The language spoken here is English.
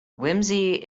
whimsy